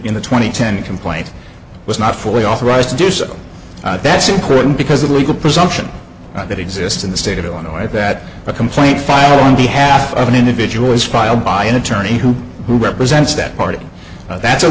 in the twenty ten complaint was not fully authorized to do so i that's important because the legal presumption that exists in the state of illinois is that a complaint filed on behalf of an individual is filed by an attorney who represents that party that's a